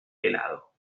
pelado